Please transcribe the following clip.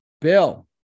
Bill